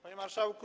Panie Marszałku!